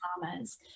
mamas